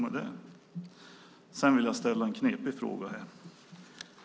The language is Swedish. Jag vill ställa en knepig fråga.